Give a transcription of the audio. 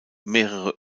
mehrere